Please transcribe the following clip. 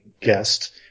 guest